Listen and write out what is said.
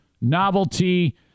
novelty